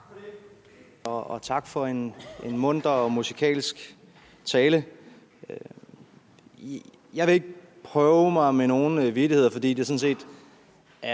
Og tak for en munter og musikalsk tale. Jeg vil ikke forsøge mig med nogle vittigheder, fordi det tema, jeg vil